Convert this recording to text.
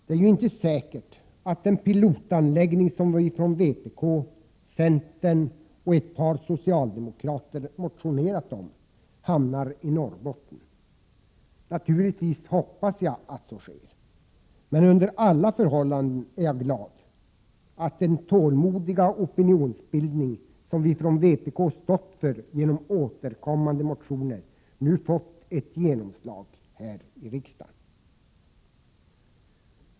Det är ju inte säkert att den pilotanläggning som vi från vpk och centern och ett par socialdemokrater motionerat om hamnar i Norrbotten. Naturligtvis hoppas jag att så sker. Men under alla förhållanden är jag glad över att den tålmodiga opinionsbildning som vi från vpk stått för genom återkommande motioner nu fått ett genomslag här i riksdagen.